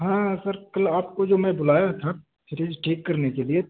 ہاں سر کل آپ کو جو میں بلایا تھا فریج ٹھیک کرنے کے لیے